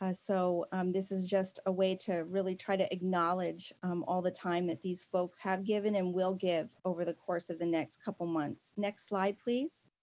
ah so this is just a way to really try to acknowledge all the time that these folks have given and will give over the course of the next couple months. next slide, please.